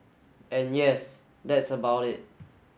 and yes that's about it